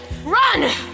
Run